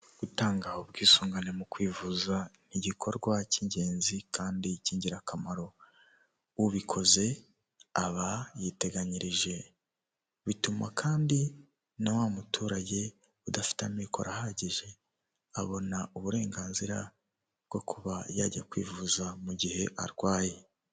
Gutanga ubwisungane mu kwivuza ni igikorwa cy'ingenzi kandi cy'ingirakamaro, ubikoze aba yiteganyirije, bituma kandi na wa muturage udafite amikoro ahagije, abona uburenganzira bwo kuba yajya kwivuza mu gihe arwaye.